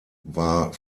war